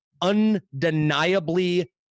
undeniably